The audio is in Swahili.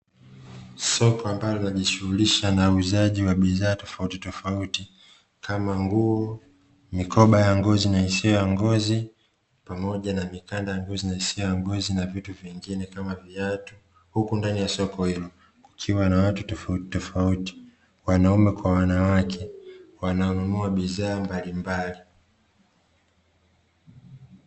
Soko ambalo linajishughulisha na uuzaji wa bidhaa tofautitofauti kama: nguo, mikoba ya ngozi na isiyo ya ngozi, pamoja na mikanda ya ngozi na isiyo ya ngozi na vitu vingine kama; viatu huku ndani ya soko hilo kukiwa na watu tofautitofauti wanaume kwa wanawake wananunua bidhaa mbalimbali.